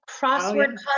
Crossword